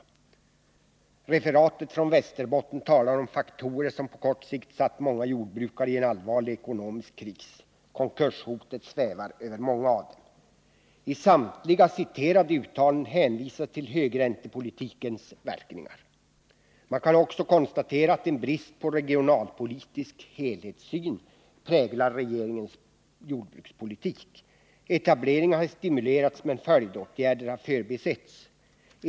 Referatet från Västerbotten talar om faktorer som på kort tid satt många jordbrukare i en allvarlig ekonomisk kris. Konkurshotet svävar över många av dem. I samtliga citerade uttalanden hänvisas till högräntepolitikens verkningar. Man kan också konstatera att en brist på regionalpolitisk helhetssyn präglar regeringens jordbrukspolitik. Etableringar har stimulerats, men följdåtgärder har förbisetts.